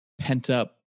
pent-up